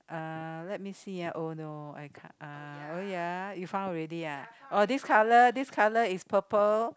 uh let me see ah oh no I can't oh ya you found already oh this colour this colour is purple